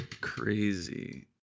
crazy